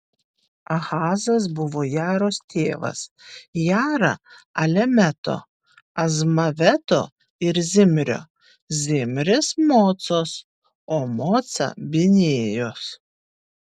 ahazas buvo jaros tėvas jara alemeto azmaveto ir zimrio zimris mocos o moca binėjos